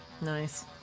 Nice